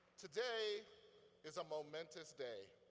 today is a momentous day.